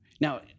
Now